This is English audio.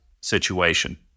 situation